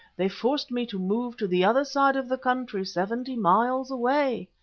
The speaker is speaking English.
they forced me to move to the other side of the country seventy miles away.